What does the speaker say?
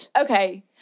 okay